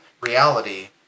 reality